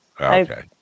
okay